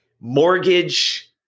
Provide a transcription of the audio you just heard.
mortgage